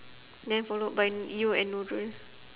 then followed by you and nurul